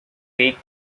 take